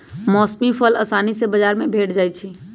मौसमी फल असानी से बजार में भेंट जाइ छइ